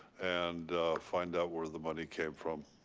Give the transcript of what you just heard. and find out where the money came from.